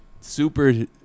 super